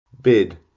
Bid